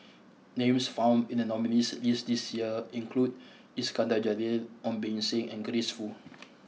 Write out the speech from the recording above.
names found in the nominees' list this year include Iskandar Jalil Ong Beng Seng and Grace Fu